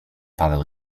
paweł